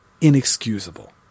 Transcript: inexcusable